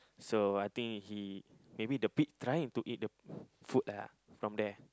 so I think he maybe the pig trying to eat the food lah from there